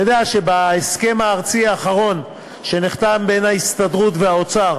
אתה יודע שבהסכם הארצי האחרון שנחתם בין ההסתדרות לאוצר